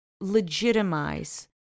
legitimize